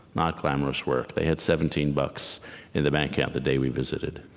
not glamorous work. they had seventeen bucks in their bank account the day we visited.